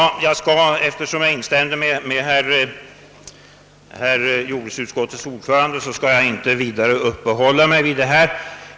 Eftersom jag instämde med jordbruksutskottets ordförande, skall jag inte vidare uppehålla mig vid denna sak.